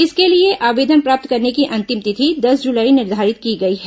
इसके लिए आवेदन प्राप्त करने की अंतिम तिथि दस जुलाई निर्धारित की गई है